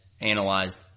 analyzed